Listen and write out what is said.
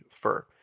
fur